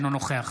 אינו נוכח